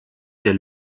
der